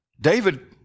David